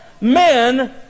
Men